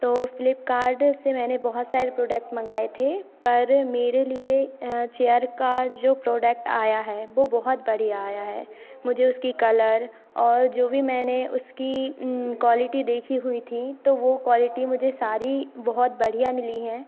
तो फ्लिपकार्ड से मैंने बहुत सारे प्रोडक्ट मंगाए थे पर मेरे लिए चेयर का जो प्रोडक्ट आया है वो बहुत बढ़िया आया है मुझे उसकी कलर और जो भी मैंने उसकी क्वाॅलिटी देखी हुई थी तो वो क्वाॅलिटी मुझे सारी बहुत बढ़िया मिली है